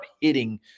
hitting